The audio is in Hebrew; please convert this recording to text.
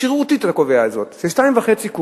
שרירותית אתה קובע את זה, היא 2.5 קוב,